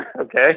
Okay